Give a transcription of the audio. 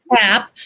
app